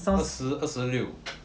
二十二十六